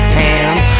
hands